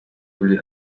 fully